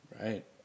Right